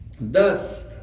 Thus